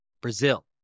Brazil